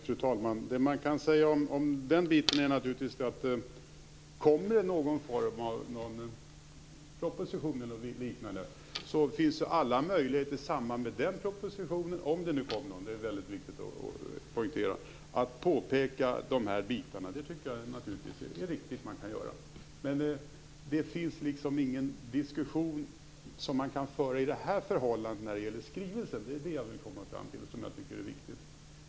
Fru talman! Det man kan säga om den biten är naturligtvis att om det kommer någon proposition eller liknande finns det alla möjligheter att i samband med den - om det kommer någon; det är viktigt att poängtera - påpeka de här bitarna. Det är naturligtvis riktigt att man kan göra det. Men det finns ingen diskussion som man kan föra i det här fallet när det gäller skrivelsen. Det är det som jag vill komma fram till och som jag tycker är viktigt.